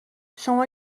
شما